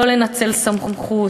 לא לנצל סמכות,